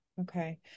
okay